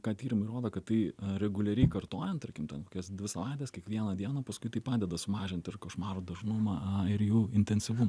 ką tyrimai rodo kad tai reguliariai kartojant tarkim ten kokias dvi savaites kiekvieną dieną paskui tai padeda sumažint ir košmarų dažnumą ir jų intensyvumą